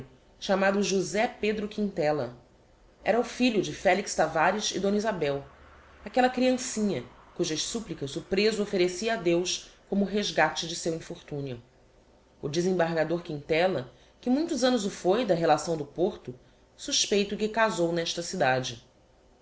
chamado josé pedro quintella era o filho de felix tavares e d isabel aquella criancinha cujas supplicas o preso offerecia a deus como resgate de seu infortunio o desembargador quintella que muitos annos o foi da relação do porto suspeito que casou n'esta cidade